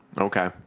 Okay